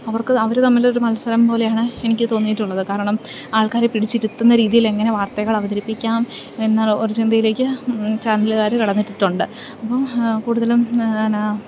അവർക്ക് അവർ തമ്മിൽ ഒരു മത്സരം പോലെയാണ് എനിക്ക് തോന്നിയിട്ടുള്ളത് കാരണം ആൾക്കാരെ പിടിച്ചിരുത്തുന്ന രീതിയിൽ എങ്ങനെ വാർത്തകൾ അവതരിപ്പിക്കാം എന്ന ഒരു ചിന്തയിലേക്ക് ചാനലുകാർ കടന്നെത്തിയിട്ട് ഉണ്ട് അപ്പം കൂടുതലും എന്നാ